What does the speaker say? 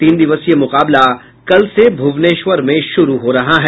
तीन दिवसीय मुकाबला कल से भुवनेश्वर में शुरू हो रहा है